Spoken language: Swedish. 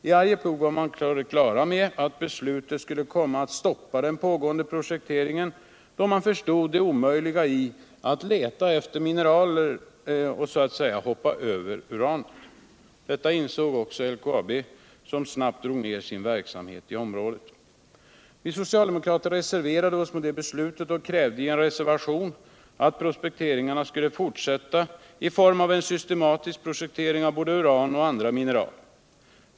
I Arjeplog var man snart på det klara med att beslutet skulle komma att stoppa den pågående prospekteringen, då man insåg det omöjliga i att leta efter mineraler men så att säga hoppa över uranet. Detta insåg även LKAB, som snabbt drog ned sin verksamhet i området. Vi socialdemokrater reserverade oss mot detta beslut och krävde i en reservation att prospekteringarna skulle fortsätta i form av en systematisk prospektering för både uran och andra mineral.